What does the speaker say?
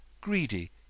greedy